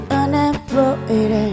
unemployed